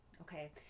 okay